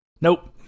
Nope